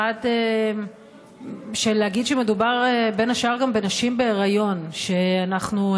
1. להגיד שמדובר בין השאר גם בנשים בהיריון שאנחנו,